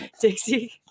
Dixie